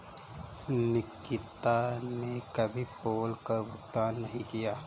निकिता ने कभी पोल कर का भुगतान नहीं किया है